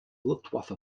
luftwaffe